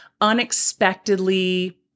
unexpectedly